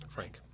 Frank